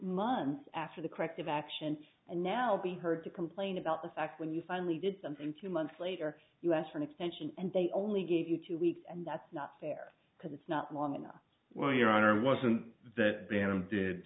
months after the corrective action and now be heard to complain about the fact when you finally did something two months later us for an extension and they only gave you two weeks and that's not fair because it's not long enough well your honor wasn't that banham did